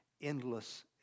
endless